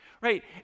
Right